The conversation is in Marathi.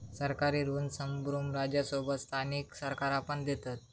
सरकारी ऋण संप्रुभ राज्यांसोबत स्थानिक सरकारा पण देतत